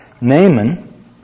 Naaman